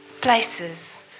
places